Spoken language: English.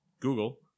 Google